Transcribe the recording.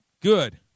Good